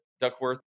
Duckworth